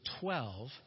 twelve